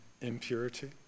impurity